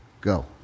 Go